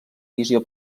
visió